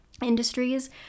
industries